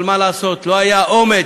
אבל מה לעשות, לא היה אומץ,